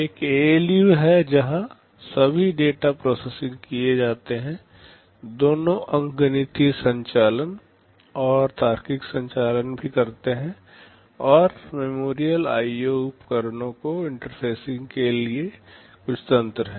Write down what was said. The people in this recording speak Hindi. एक ए एल यू है जहां सभी डेटा प्रोसेसिंग किए जाते हैं दोनों अंकगणितीय संचालन और तार्किक संचालन भी करते हैं और मेमोरियल आईओ उपकरणों को इंटरफेसिंग करने के लिए कुछ तंत्र है